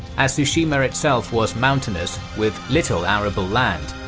as tsushima itself was mountainous with little arable land,